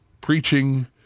preaching